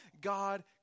God